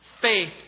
Faith